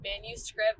manuscript